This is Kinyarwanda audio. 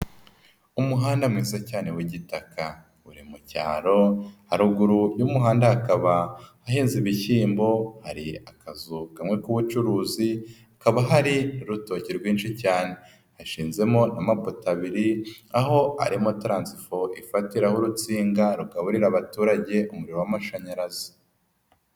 Umuhanda mwiza cyane w'igitaka uri mu cyaro, haruguru y'umuhanda hakaba hahinze ibishyimbo, hari akazu kamwe k'ubucuruzi hakaba hari n'urutoki rwinshi cyane, hashizemo amapoto abiri aho arimo taransifo ifatiraho urutsinga rugaburira abaturage umuriro w'amashanyarazi.